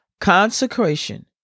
Consecration